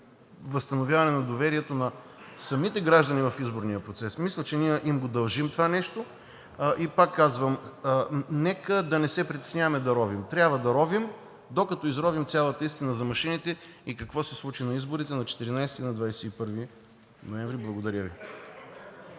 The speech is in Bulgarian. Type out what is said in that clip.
възстановяване на доверието на самите граждани в изборния процес. Мисля, че ние им го дължим това нещо. И пак казвам: нека да не се притесняваме да ровим. Трябва да ровим, докато изровим цялата истина за машините и какво се случи на изборите на 14 и 21 ноември. Благодаря Ви.